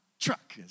truck